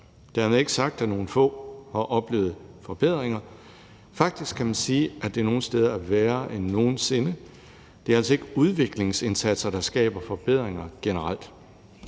Dermed ikke sagt, at nogle få har oplevet forbedringer. Faktisk kan man sige, at det nogle steder er værre end nogen sinde. Det er altså ikke udviklingsindsatser, der skaber forbedringer generelt.